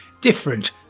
different